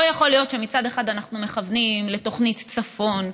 לא יכול להיות שמצד אחד אנחנו מכוונים לתוכנית צפון,